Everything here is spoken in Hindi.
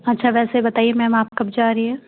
अच्छा वैसे बताइए मैम आप कब जा रही हैं